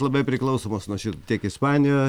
labai priklausomos nuo ši tiek ispanija